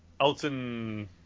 Elton